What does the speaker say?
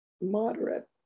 moderate